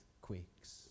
quakes